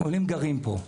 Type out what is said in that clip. אומרים לי: הם גרים פה.